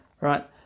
right